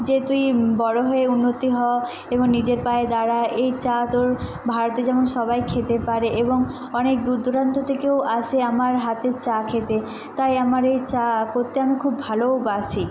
যে তুই বড়ো হয়ে উন্নতি হ এবং নিজের পায়ে দাঁড়া এই চা তোর ভারতের যেমন সবাই খেতে পারে এবং অনেক দূর দূরান্ত থেকেও আসে আমার হাতের চা খেতে তাই আমার এই চা করতে আমি খুব ভালোওবাসি